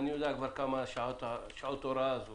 אני יודע כבר כמה שעות הוראה זה.